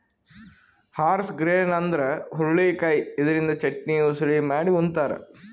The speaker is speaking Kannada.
ಹಾರ್ಸ್ ಗ್ರೇನ್ ಅಂದ್ರ ಹುರಳಿಕಾಯಿ ಇದರಿಂದ ಚಟ್ನಿ, ಉಸಳಿ ಮಾಡಿ ಉಂತಾರ್